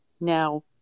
Now